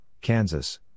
Kansas